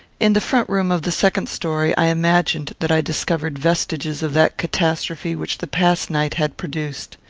in the front room of the second story, i imagined that i discovered vestiges of that catastrophe which the past night had produced.